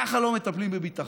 ככה לא מטפלים בביטחון.